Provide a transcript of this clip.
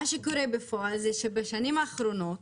מה שקורה בפועל הוא שבשנים האחרונות,